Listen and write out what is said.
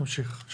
נמשיך.